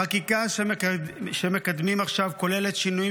החקיקה שמקדמים עכשיו כוללת שינויים